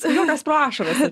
juokas pro ašaras